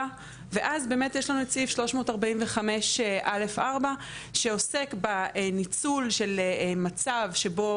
ואז באמת יש לנו את סעיף 345א4 שעוסק בניצול של מצב שבו